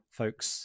folks